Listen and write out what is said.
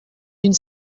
d’une